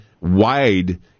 wide